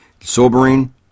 sobering